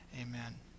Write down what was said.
Amen